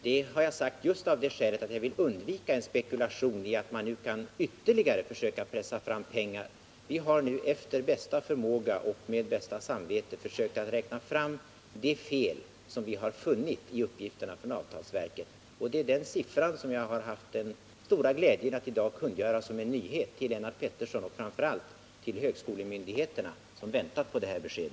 Det har jag sagt just av det skälet att jag vill undvika en spekulation i att man nu kan försöka pressa fram ytterligare pengar. Vi har efter bästa förmåga och bästa samvete försökt räkna fram omfattningen av det fel som vi har funnit i uppgifterna från arbetsgivarverket. Vi har då fått fram den siffra som jag har haft den stora glädjen att i dag kungöra som en nyhet för Lennart Pettersson och framför allt för högskolemyndigheterna, som väntat på detta besked.